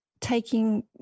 taking